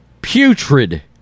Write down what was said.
Putrid